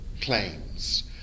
claims